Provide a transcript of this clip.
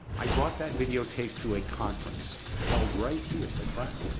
i brought that videotape to a conference held right here at brown.